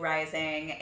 Rising